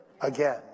again